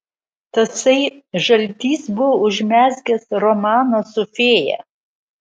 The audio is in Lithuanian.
tasai žaltys buvo užmezgęs romaną su fėja